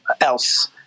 else